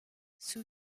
sue